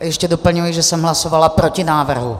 Ještě doplňuji, že jsem hlasovala proti návrhu.